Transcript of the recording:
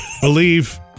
believe